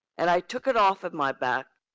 and i took it off of my back,